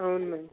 అవును మ్యామ్